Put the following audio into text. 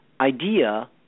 idea